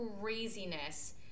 craziness